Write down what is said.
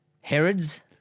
Herod's